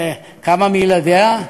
כמה מילדיה,